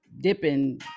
dipping